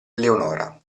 leonora